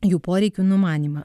jų poreikių numanymą